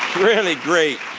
really great.